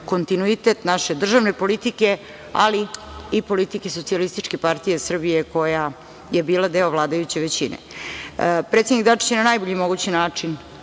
kontinuitet naše državne politike, ali i politike SPS koja je bila deo vladajuće većine. Predsednik Dačić je na najbolji mogući način